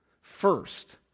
first